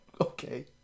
Okay